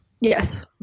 Yes